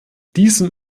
diesem